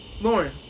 Lauren